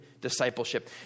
discipleship